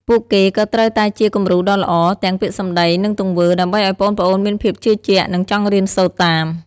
ពួកគេក៏ត្រូវតែជា គំរូដ៏ល្អ ទាំងពាក្យសម្ដី និងទង្វើ ដើម្បីឱ្យប្អូនៗមានភាពជឿជាក់ និងចង់រៀនសូត្រតាម។